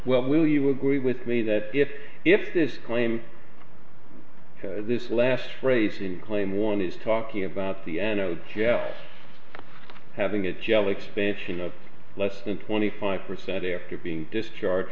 well will you agree with me that if if this claim this last phrase in claim one is talking about the end having a gel expansion of less than twenty five percent after being discharged